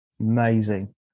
Amazing